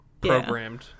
programmed